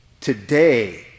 Today